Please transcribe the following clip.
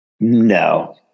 No